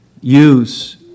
use